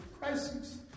crisis